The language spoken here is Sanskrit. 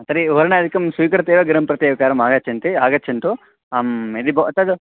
तर्हि वर्णादिकं स्वीकृत्य एव गृहं प्रति एकवारम् आगच्छन्तु आगच्छन्तु अहं यदि ब तद्